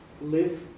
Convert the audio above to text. live